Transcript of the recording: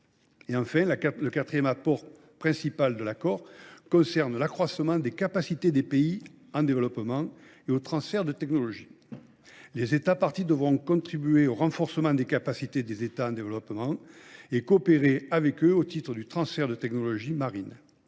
Enfin, le quatrième volet concerne l’accroissement des capacités des pays en développement et le transfert de technologies. Les États parties devront contribuer au renforcement des capacités des États en développement et coopérer avec eux au titre du transfert de technologies marines.